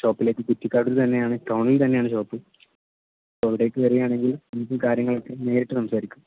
ഷോപ്പിലേക്ക് കുറ്റിക്കാട്ട് തന്നെയാണ് ടൗണിൽ തന്നെയാണ് ഷോപ്പ് അ അവിടേക്ക് വരികയാണെങ്കിൽ ഇനിയും കാര്യങ്ങളൊക്കെ നേരിട്ട് സംസാരിക്കാം